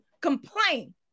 complain